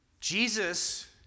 Jesus